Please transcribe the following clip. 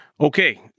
Okay